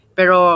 Pero